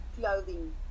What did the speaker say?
clothing